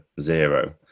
zero